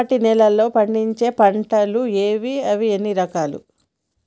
ఎర్రమట్టి నేలలో పండించే పంటలు ఏవి? అవి ఎన్ని రకాలు?